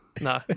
No